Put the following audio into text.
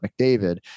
McDavid